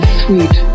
sweet